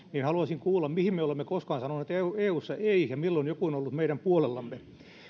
haluaisin kuulla mihin me olemme koskaan sanoneet eussa ei ja milloin joku on ollut meidän puolellamme